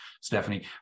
Stephanie